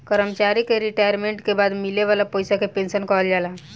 कर्मचारी के रिटायरमेंट के बाद मिले वाला पइसा के पेंशन कहल जाला